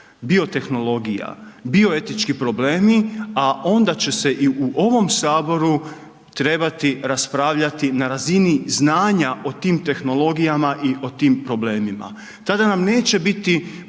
biotehnologija, bioetički problemi a onda će se i u ovom Saboru trebati raspravljati na razini znanja o tim tehnologijama i o tim problemima, tada nam neće biti